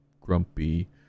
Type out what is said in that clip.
Grumpy